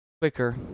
quicker